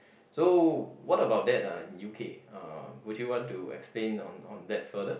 so what about that uh in U_K uh would you want to explain on on that further